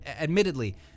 Admittedly